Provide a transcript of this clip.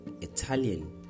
Italian